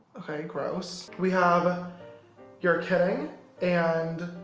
okay gross. we have you're kidding and.